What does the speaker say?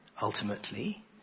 ultimately